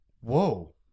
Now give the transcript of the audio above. Whoa